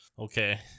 Okay